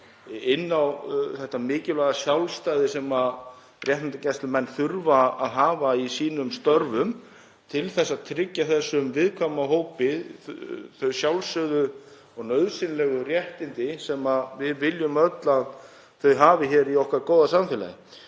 inn á þetta mikilvæga sjálfstæði sem réttindagæslumenn þurfa að hafa í sínum störfum til að tryggja þessum viðkvæma hópi þau sjálfsögðu og nauðsynlegu réttindi sem við viljum öll að hann hafi í okkar góða samfélagi.